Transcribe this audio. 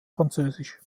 französisch